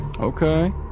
Okay